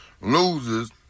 loses